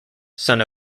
son